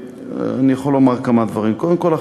אני יכול לומר כמה דברים: קודם כול,